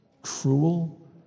Cruel